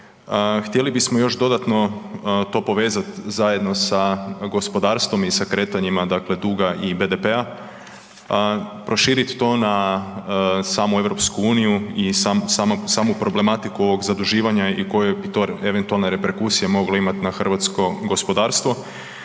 Htjeli bismo još dodatno to povezati zajedno sa gospodarstvom i sa kretanjima, dakle duga i BDP-a, prošiti to na samu EU i samu problematiku ovog zaduživanja i koje bi to eventualne reperkusije moglo imati na hrvatsko gospodarstvo